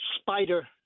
spider